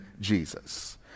Jesus